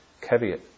caveat